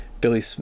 Billy